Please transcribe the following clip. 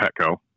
Petco